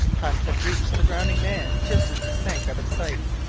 hunt had reached the drowning man just as he sank out of sight,